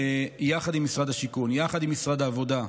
יחד עם משרד השיכון ומשרד העבודה,